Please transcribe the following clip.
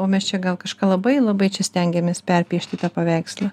o mes čia gal kažką labai labai čia stengiamės perpiešti tą paveikslą